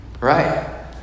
Right